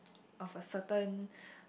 of a certain